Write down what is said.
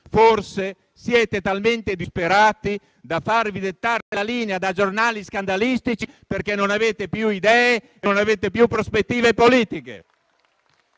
Forse siete talmente disperati da farvi dettare la linea da giornali scandalistici, perché non avete più idee e non avete più prospettive politiche.